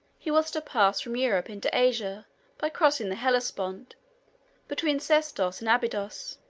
he was to pass from europe into asia by crossing the hellespont between sestos and abydos.